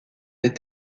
des